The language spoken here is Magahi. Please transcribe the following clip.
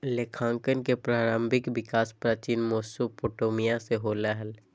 लेखांकन के प्रारंभिक विकास प्राचीन मेसोपोटामिया से होलय हल